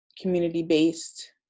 community-based